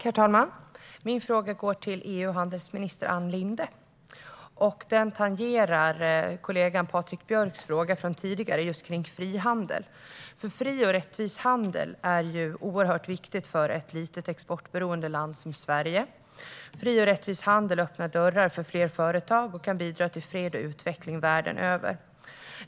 Herr talman! Min fråga går till EU och handelsminister Ann Linde, och den tangerar kollegan Patrik Björcks tidigare fråga om frihandel. Fri och rättvis handel är oerhört viktigt för ett litet, exportberoende land som Sverige. Fri och rättvis handel öppnar dörrar för fler företag och kan bidra till fred och utveckling världen över.